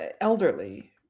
elderly